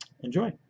Enjoy